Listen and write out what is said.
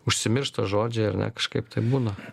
užsimiršta žodžiai ar ne kažkaip taip būna